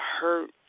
hurt